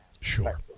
Sure